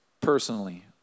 personally